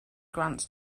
grants